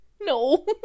No